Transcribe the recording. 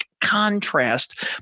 contrast